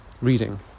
reading